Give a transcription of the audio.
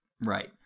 Right